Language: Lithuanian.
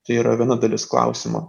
tai yra viena dalis klausimo